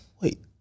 wait